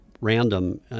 random